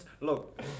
Look